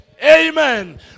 Amen